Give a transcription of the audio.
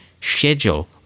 schedule